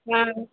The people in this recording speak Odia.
ହଁ